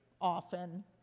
often